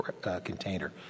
container